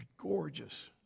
gorgeous